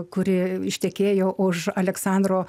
kuri ištekėjo už aleksandro